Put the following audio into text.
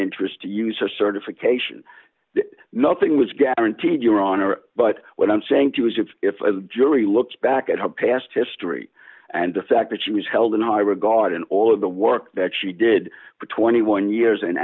interest to use her certification nothing was guaranteed your honor but what i'm saying too is it's if a jury looks back at her past history and the fact that she was held in high regard and all of the work that she did for twenty one years